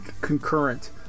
concurrent